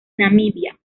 namibia